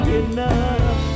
enough